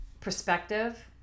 perspective